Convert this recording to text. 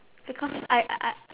because I I I